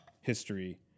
history